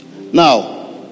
Now